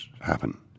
happen